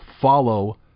follow